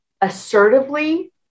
assertively